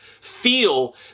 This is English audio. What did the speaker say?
feel